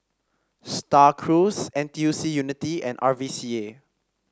Star Cruise N T U C Unity and R V C A